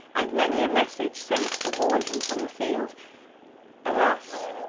and many a message sent to warn him from the field alas!